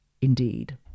Indeed